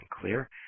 clear